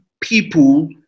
people